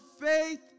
faith